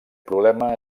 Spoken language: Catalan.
problema